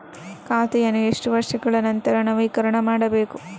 ಖಾತೆಯನ್ನು ಎಷ್ಟು ವರ್ಷಗಳ ನಂತರ ನವೀಕರಣ ಮಾಡಬೇಕು?